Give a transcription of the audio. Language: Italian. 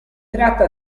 tratta